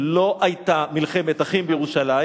לא היתה מלחמת אחים בירושלים,